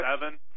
seven